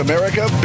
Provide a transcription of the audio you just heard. America